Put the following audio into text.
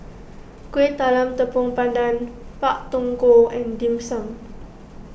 Kueh Talam Tepong Pandan Pak Thong Ko and Dim Sum